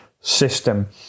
system